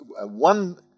one